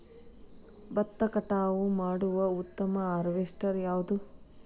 ಭತ್ತ ಕಟಾವು ಮಾಡುವ ಉತ್ತಮ ಹಾರ್ವೇಸ್ಟರ್ ಯಾವುದು?